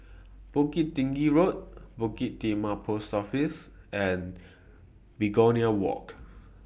Bukit Tinggi Road Bukit Timah Post Office and Begonia Walk